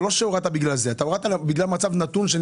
הורדת בגלל מצב נתון.